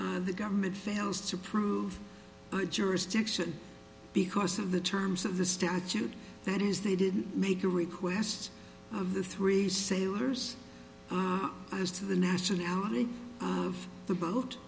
fails the government fails to prove jurisdiction because of the terms of the statute that is they didn't make a request of the three sailors as to the nationality of the boat